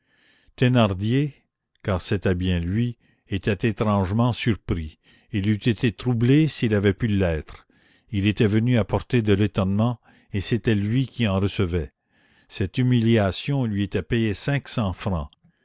thénardier car c'était bien lui était étrangement surpris il eût été troublé s'il avait pu l'être il était venu apporter de l'étonnement et c'était lui qui en recevait cette humiliation lui était payée cinq cents francs